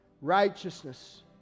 Righteousness